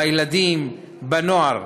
בילדים, בנוער,